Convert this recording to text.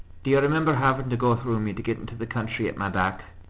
do you remember having to go through me to get into the country at my back?